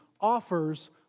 offers